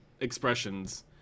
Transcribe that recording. expressions